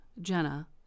Jenna